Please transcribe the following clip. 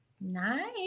Nice